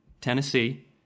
Tennessee